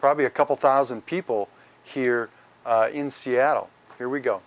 probably a couple thousand people here in seattle here we go